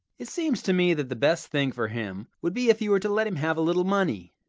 it seems to me that the best thing for him would be if you were to let him have a little money.